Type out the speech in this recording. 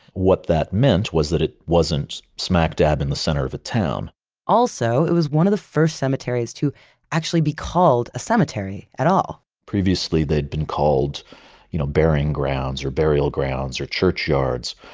what that meant was that it wasn't smack dab in the center of a town also, it was one of the first cemeteries to actually be called a cemetery at all previously, they'd been called you know burying grounds or burial grounds or churchyards.